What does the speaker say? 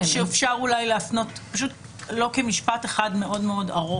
או שאפשר להפנות לא כמשפט מאוד ארוך?